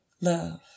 love